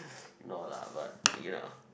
no lah but you know